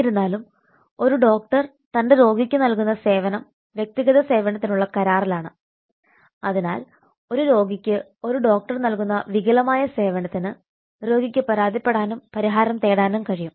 എന്നിരുന്നാലും ഒരു ഡോക്ടർ തന്റെ രോഗിക്ക് നൽകുന്ന സേവനം വ്യക്തിഗത സേവനത്തിനുള്ള കരാറിലാണ് അതിനാൽ ഒരു രോഗിക്ക് ഒരു ഡോക്ടർ നൽകുന്ന വികലമായ സേവനത്തിന് രോഗിക്ക് പരാതിപ്പെടാനും പരിഹാരം തേടാനും കഴിയും